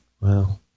Wow